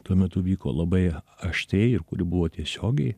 tuo metu vyko labai aštriai ir kuri buvo tiesiogiai